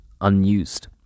unused